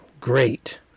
Great